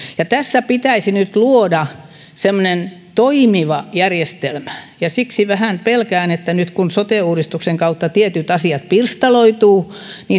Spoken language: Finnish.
tässä pitäisi nyt luoda semmoinen toimiva järjestelmä ja siksi vähän pelkään nyt kun sote uudistuksen kautta tietyt asiat pirstaloituvat